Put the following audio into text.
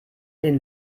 den